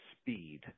speed